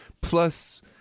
Plus